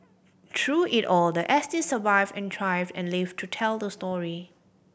through it all the S T survived and thrived and lived to tell the story